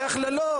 זה הכללות.